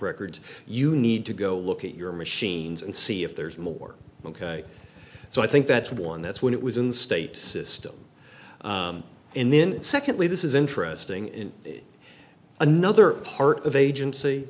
records you need to go look at your machines and see if there's more ok so i think that's one that's what it was in state system and then secondly this is interesting in another part of agency